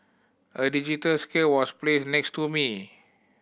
a digital scale was placed next to me